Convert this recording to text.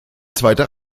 zweiter